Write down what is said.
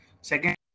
Second